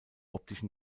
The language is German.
optischen